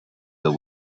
the